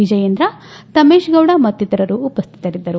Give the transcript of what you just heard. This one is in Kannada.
ವಿಜಯೇಂದ್ರ ತಮ್ನೇಶ ಗೌಡ ಮತ್ತಿತರರು ಉಪಸ್ಸಿತರಿದ್ದರು